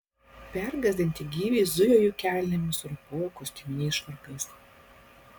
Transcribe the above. pergąsdinti gyviai zujo jų kelnėmis ropojo kostiuminiais švarkais